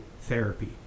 therapy